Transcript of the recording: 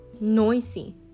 Noisy